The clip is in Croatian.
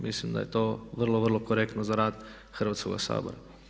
Mislim da je to vrlo, vrlo korektno za rad Hrvatskoga sabora.